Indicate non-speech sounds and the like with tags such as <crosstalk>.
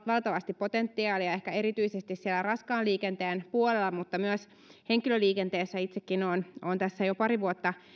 <unintelligible> valtavasti potentiaalia ehkä erityisesti siellä raskaan liikenteen puolella mutta myös henkilöliikenteessä itsekin olen olen tässä jo pari vuotta